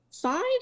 Five